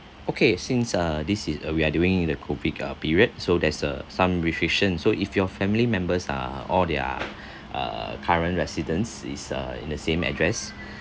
okay since uh this is uh we are during the COVID uh period so there's uh some restrictions so if your family members are all their uh current residents is uh in the same address